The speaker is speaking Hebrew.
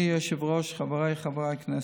אדוני היושב-ראש, חבריי חברי הכנסת,